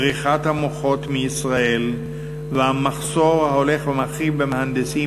בריחת המוחות מישראל והמחסור ההולך ומחריף במהנדסים